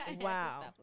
wow